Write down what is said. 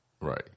Right